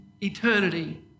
eternity